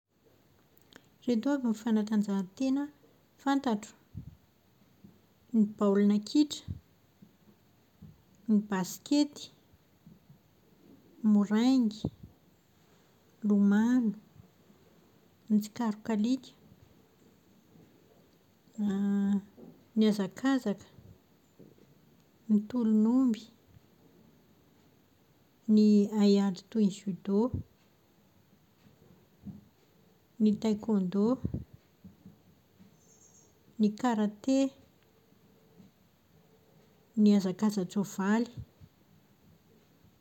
Ireto avy ny fanatanjahantena fantatro. Ny baolina kitra, ny baskety, ny moraingy, ny lomano, ny tsikarok'alika, ny hazakazaka, ny tolon'omby, ny haiady toy ny zudo, ny taekwondo, ny karate, ny hazakaza-tsoavaly.